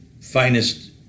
finest